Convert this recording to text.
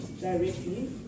directly